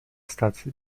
stacji